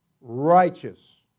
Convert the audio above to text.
righteous